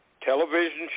television